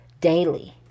daily